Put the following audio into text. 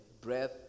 breath